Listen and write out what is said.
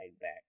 back